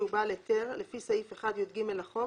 שהוא בעל היתר לפי סעיף 1יג לחוק,